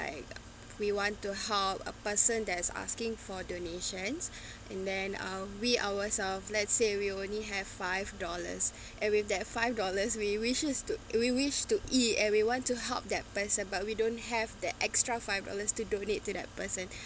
we want to help a person that's asking for donations and then uh we ourselves let's say we only have five dollars and with that five dollars we wishes to we wish to eat and we want to help that person but we don't have that extra five dollars to donate to that person